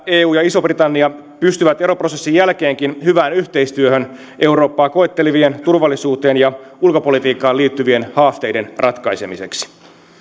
eu ja iso britannia pystyvät eroprosessin jälkeenkin hyvään yhteistyöhön eurooppaa koettelevien turvallisuuteen ja ulkopolitiikkaan liittyvien haasteiden ratkaisemiseksi